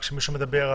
וכשמישהו מדבר,